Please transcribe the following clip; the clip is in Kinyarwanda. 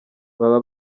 baba